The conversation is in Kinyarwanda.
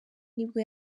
nibwo